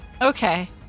Okay